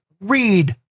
read